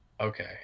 Okay